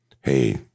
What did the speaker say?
hey